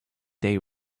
they